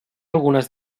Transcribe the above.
algunes